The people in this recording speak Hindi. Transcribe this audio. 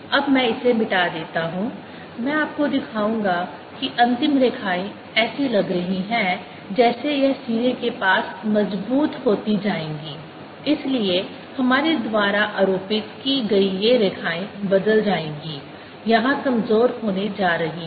अब मैं इसे मिटा देता हूं मैं आपको दिखाऊंगा कि अंतिम रेखाएं ऐसी लग रही हैं जैसे यह सिरे के पास मजबूत होती जाएंगी इसलिए हमारे द्वारा आरोपित की गई ये रेखाएं बदल जाएंगी यहां कमजोर होने जा रही हैं